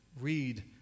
read